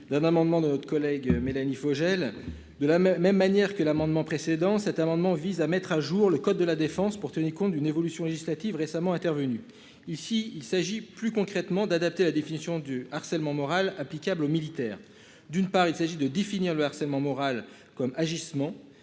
d'un amendement de notre collègue Mélanie Vogel. De la même manière que l'amendement précédent cet amendement vise à mettre à jour le code de la défense pour tenir compte d'une évolution législative récemment intervenu ici il s'agit plus concrètement d'adapter la définition du harcèlement moral applicable aux militaires, d'une part il s'agit de définir le harcèlement moral comme agissements